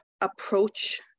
approach